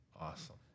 Awesome